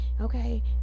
Okay